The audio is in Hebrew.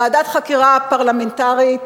ועדת חקירה פרלמנטרית,